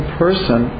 person